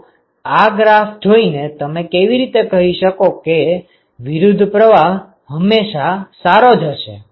તો આ ગ્રાફ જોઈને તમે કેવી રીતે કહીં શકો કે વિરુદ્ધ પ્રવાહ હંમેશા સારો જ હશે